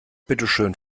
bitteschön